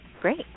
Great